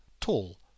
tall